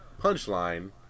punchline